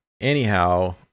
Anyhow